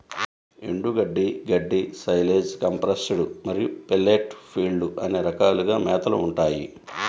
ఎండుగడ్డి, గడ్డి, silage, compressed మరియు పెల్లెట్ ఫీడ్లు అనే రకాలుగా మేతలు ఉంటాయి